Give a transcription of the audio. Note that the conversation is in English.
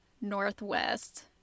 northwest